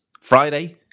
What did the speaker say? Friday